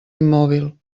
immòbil